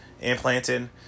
implanted